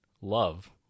love